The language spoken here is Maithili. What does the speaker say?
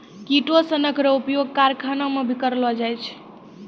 किटोसनक रो उपयोग करखाना मे भी करलो जाय छै